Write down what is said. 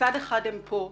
מצד אחד הם כאן,